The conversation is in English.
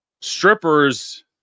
strippers